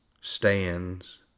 stands